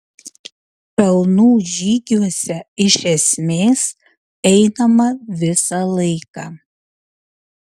kalnų žygiuose iš esmės einama visą laiką